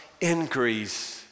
increase